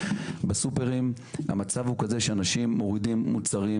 בסופרים המצב הוא כזה שאנשים מורידים מוצרים